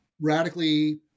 radically